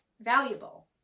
valuable